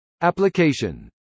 Application